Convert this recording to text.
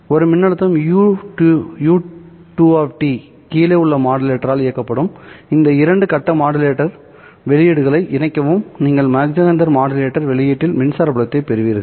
ஒரு மின்னழுத்தம் u2 கீழே உள்ள மாடுலேட்டர் ஆல் இயக்கப்படும் இந்த இரண்டு கட்ட மாடுலேட்டர் வெளியீடுகளை இணைக்கவும் நீங்கள் மாக் ஜெஹெண்டர் மாடுலேட்டர் வெளியீட்டில் மின்சார புலத்தைப் பெறுவீர்கள்